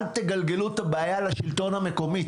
אלך תגלגלו הבעיה לשלטון המקומי.